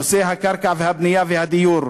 נושא הקרקע והבנייה והדיור.